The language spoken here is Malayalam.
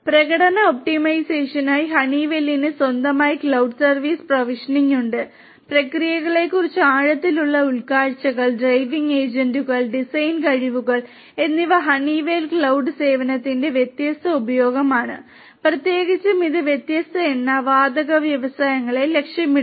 പ്രകടന ഒപ്റ്റിമൈസേഷനായി ഹണീവെല്ലിന് സ്വന്തമായി ക്ലൌഡ് സർവീസ് പ്രൊവിഷനിംഗ് ഉണ്ട് പ്രക്രിയകളെക്കുറിച്ചുള്ള ആഴത്തിലുള്ള ഉൾക്കാഴ്ചകൾ ഡ്രൈവിംഗ് ഏജന്റുകൾ ഡിസൈൻ കഴിവുകൾ എന്നിവ ഹണിവെൽ ക്ലൌഡ് സേവനത്തിന്റെ വ്യത്യസ്ത ഉപയോഗമാണ് പ്രത്യേകിച്ചും ഇത് വ്യത്യസ്ത എണ്ണ വാതക വ്യവസായങ്ങളെ ലക്ഷ്യമിടുന്നു